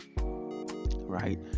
right